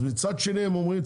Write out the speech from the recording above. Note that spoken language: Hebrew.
אז מצד שני הם אומרים,